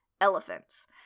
elephants